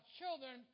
children